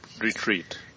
retreat